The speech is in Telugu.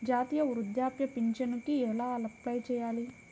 జాతీయ వృద్ధాప్య పింఛనుకి ఎలా అప్లై చేయాలి?